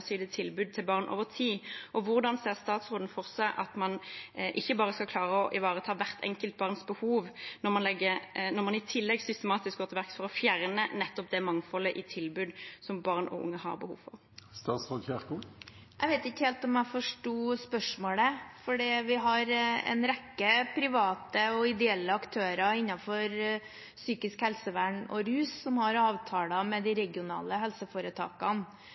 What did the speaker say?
til barn over tid, og hvordan ser statsråden for seg at man ikke bare skal klare å ivareta hvert enkelt barns behov når man i tillegg går systematisk til verks for å fjerne nettopp det mangfoldet i tilbud som barn og unge har behov for? Jeg vet ikke helt om jeg forsto spørsmålet, for vi har en rekke private og ideelle aktører innen psykisk helsevern og rus som har avtaler med de regionale helseforetakene.